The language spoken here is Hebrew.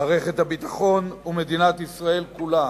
מערכת הביטחון ומדינת ישראל כולה